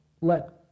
let